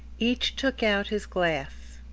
each took out his glass.